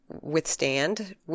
withstand